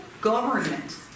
government